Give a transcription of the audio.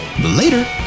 later